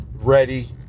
Ready